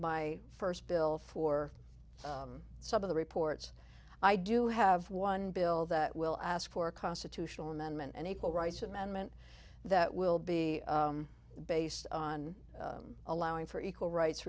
my first bill for some of the reports i do have one bill that will ask for a constitutional amendment and equal rights amendment that will be based on allowing for equal rights